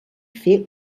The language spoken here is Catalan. fer